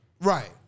Right